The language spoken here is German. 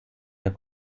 der